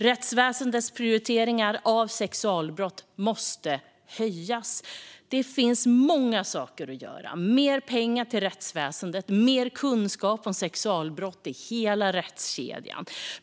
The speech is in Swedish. Rättsväsendets prioritering av sexualbrott måste höjas. Det finns många saker att göra. Det behövs mer pengar till rättsväsendet och mer kunskap om sexualbrott i hela rättskedjan.